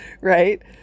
right